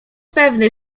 pewny